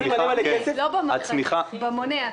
במונה,